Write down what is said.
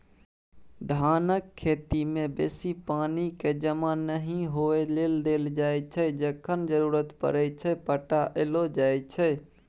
धानक खेती मे बेसी पानि केँ जमा नहि होइ लेल देल जाइ छै जखन जरुरत परय छै पटाएलो जाइ छै